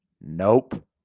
Nope